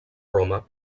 roma